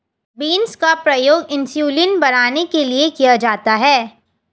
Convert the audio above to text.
beans का प्रयोग insulin बढ़ाने के लिए किया जाता है